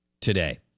today